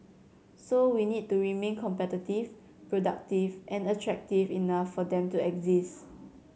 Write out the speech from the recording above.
so we need to remain competitive productive and attractive enough for them to exist